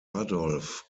adolf